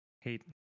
hate